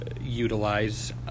utilize